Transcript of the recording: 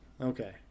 Okay